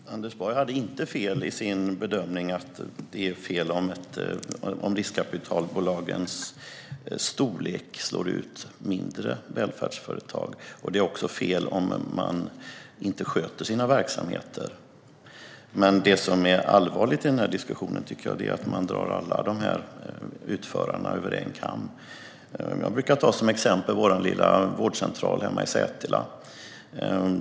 Herr talman! Anders Borg hade inte fel i sin bedömning att det är fel om riskkapitalbolagens storlek slår ut mindre välfärdsföretag. Det är också fel om man inte sköter sina verksamheter. Det som är allvarligt i den här diskussionen är att man drar alla utförarna över en kam. Jag brukar ta som exempel vår lilla vårdcentral hemma i Sätila.